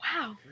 Wow